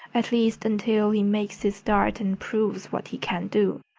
at least until he makes his start and proves what he can do.